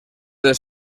les